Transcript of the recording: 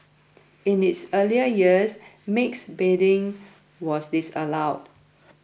in its earlier years mixed bathing was disallowed